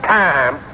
time